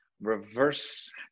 reverse